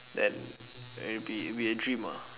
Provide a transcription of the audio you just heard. then it will be it will be a dream ah